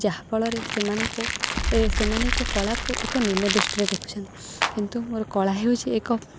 ଯାହାଫଳରେ ସେମାନଙ୍କୁ ସେମାନେ ମୋ କଳାକୁ ଏକ ନ୍ୟୁନ ଦୃଷ୍ଟିରେ ଦେଖୁଛନ୍ତି କିନ୍ତୁ ମୋର କଳା ହେଉଛି ଏକ